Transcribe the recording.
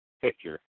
picture